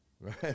right